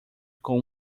com